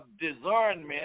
discernment